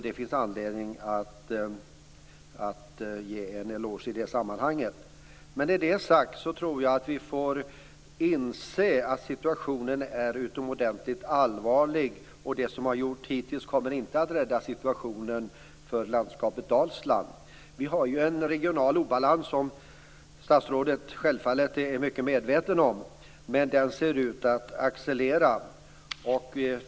Det finns anledning att ge en eloge i det sammanhanget. Med det sagt tror jag att vi får inse att situationen är utomordentligt allvarlig och att det som har gjorts hittills inte kommer att rädda situationen för landskapet Dalsland. Vi har en regional obalans som statsrådet självfallet är mycket medveten om. Den ser ut att accelerera.